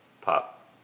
pop